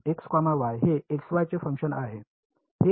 तर हे x y चे फंक्शन आहे